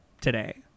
today